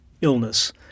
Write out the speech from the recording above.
illness